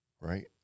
Right